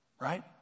right